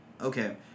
okay